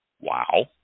Wow